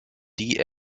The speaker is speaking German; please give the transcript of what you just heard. die